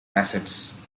assets